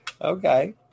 okay